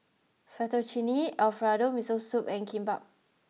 Fettuccine Alfredo Miso Soup and Kimbap